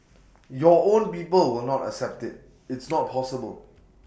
your own people will not accept IT it's not possible